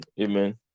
Amen